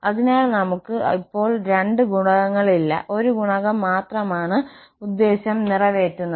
അതിനാൽ നമ്മൾക്കു ഇപ്പോൾ രണ്ട് ഗുണകങ്ങളില്ല ഒരു ഗുണകം മാത്രമാണ് ഉദ്ദേശ്യം നിറവേറ്റുന്നത്